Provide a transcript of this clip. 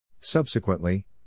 Subsequently